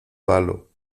palo